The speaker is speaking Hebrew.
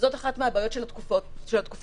וזאת אחת מהבעיות של התקופה הזאת.